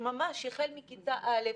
ממש החל מכיתה א',